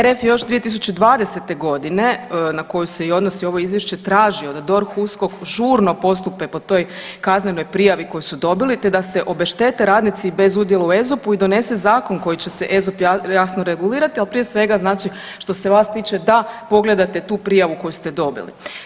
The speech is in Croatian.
RF još 2020. g. na koju se i odnosi ovo Izvješće, tražio da DORH, USKOK žurno postupe po toj kaznenoj prijavi koju su dobili te da se obeštete radnici bez udjela u ESOP-u i donese zakon koji će se ESOP jasno regulirati, ali prije svega, znači što se vas tiče, da pogledate tu prijavu koju ste dobili.